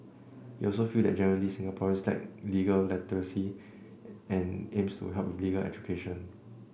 he also feels that generally Singaporeans lack legal literacy and aims to help with legal education